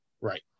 Right